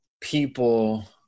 people